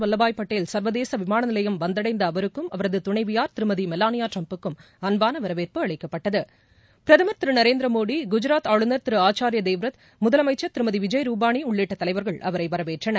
வல்லபாய் படேல் சர்வதேசவிமானநிலையம் வந்தடைந்தஅவருக்கும் அவரதுதணைவியார் திருமதிமெலானியாட்டிரம்புக்கும் அன்பானவரவேற்பு அளிக்கப்பட்டது பிரதமர் திரு நரேந்திரமோடி குஜாத் ஆளுநர் ஆச்சாாயாதேவரத் முதலமைச்சர் விஜய் ருபானிஉள்ளிட்டதலைவர்கள் அவரைவரவேற்றனர்